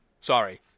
Sorry